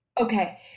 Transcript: Okay